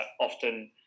Often